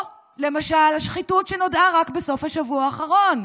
או למשל, השחיתות שנודעה רק בסוף השבוע האחרון,